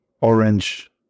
orange